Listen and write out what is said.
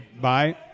Bye